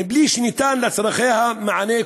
בלי שניתן לצרכיה מענה כלשהו.